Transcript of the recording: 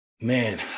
man